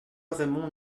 raymond